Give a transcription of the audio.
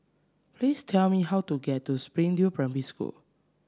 please tell me how to get to Springdale Primary School